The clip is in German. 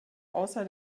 außer